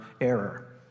error